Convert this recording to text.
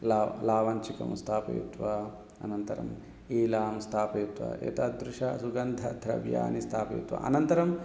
ला लावञ्चकं स्थापयित्वा अनन्तरम् एलां स्थापयित्वा एतादृशं सुगन्धद्रव्याणि स्थापयित्वा अनन्तरम्